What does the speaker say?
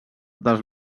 dels